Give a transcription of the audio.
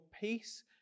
peace